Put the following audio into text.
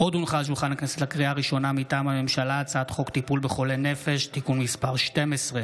הצעת חוק מגבלות על חזרתו של עבריין טרור לסביבת נפגע עבירה,